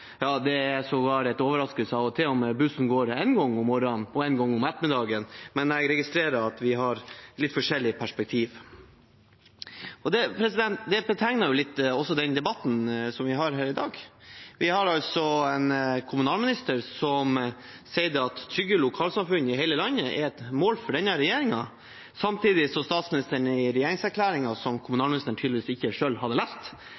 Ja, det er sågar en overraskelse av og til om bussen går én gang om morgenen og én gang om ettermiddagen, men jeg registrerer at vi har litt forskjellig perspektiv. Dette er også betegnende for den debatten vi har her i dag. Vi har en kommunalminister som sier at trygge lokalsamfunn i hele landet er et mål for denne regjeringen, samtidig som statsministeren i regjeringserklæringen, som kommunalministeren tydeligvis ikke selv hadde lest,